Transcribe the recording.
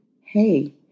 hey